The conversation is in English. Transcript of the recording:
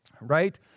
right